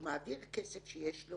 הוא מעביר כסף שיש לו